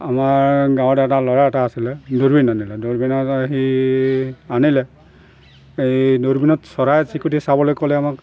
আমাৰ গাঁৱত এটা ল'ৰা এটা আছিলে দূৰবীণ আনিলে দূৰবীণত সি আনিলে এই দূৰবীণত চৰাই চিৰিকটি চাবলৈ ক'লে আমাক